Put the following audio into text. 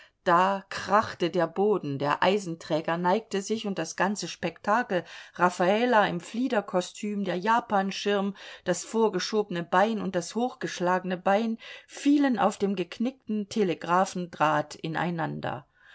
da krachte der boden der eisenträger neigte sich und das ganze spektakel raffala im fliederkostüm der japanschirm das vorgeschobene bein und das hochgeschlagene bein fielen auf dem geknickten telegraphendraht ineinander